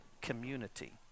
community